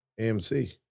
AMC